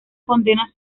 condena